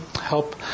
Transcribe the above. Help